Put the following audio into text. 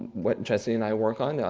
what jesse and i work on,